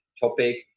topic